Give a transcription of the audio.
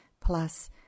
plus